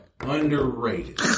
Underrated